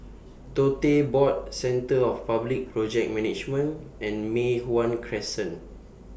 Tote Board Centre For Public Project Management and Mei Hwan Crescent